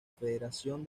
federación